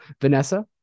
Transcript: Vanessa